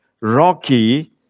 rocky